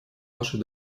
вашей